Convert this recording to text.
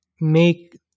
make